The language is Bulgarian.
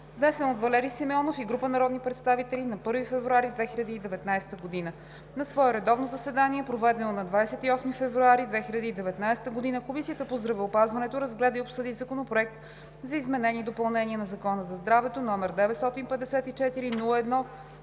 внесен от Валери Симеонов и група народни представители на 1 февруари 2019 г. На свое редовно заседание, проведено на 28 февруари 2019 г., Комисията по здравеопазването разгледа и обсъди Законопроект за изменение и допълнение на Закона за здравето, № 954-01-5,